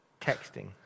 Texting